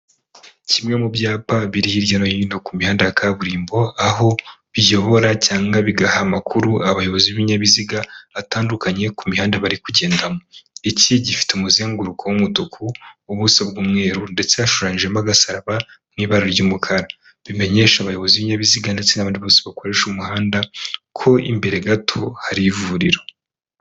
Kimwe mu byapa biri hirya no hino ku mihanda ya kaburimbo aho biyobora cyangwa bigaha amakuru abayobozi b'ibinyabiziga batandukanye ku mihanda bari kugendamo. Iki gifite umuzenguruko w'umutuku w'ubuso bw'umweru ndetse hashushanyijemo agasara mu ibara ry'umukara bimenyesha abayobozi b'ibinyabiziga ndetse n'abandi bose bakoresha umuhanda ko imbere gato hari ivuriro.